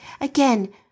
Again